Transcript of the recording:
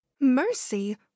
mercy